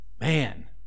man